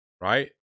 right